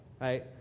right